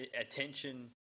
attention